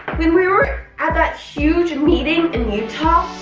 when we were at that huge meeting in utah,